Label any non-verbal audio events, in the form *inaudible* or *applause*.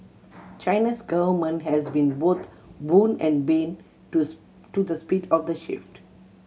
China's government has been both boon and bane to *unintelligible* to the speed of the shift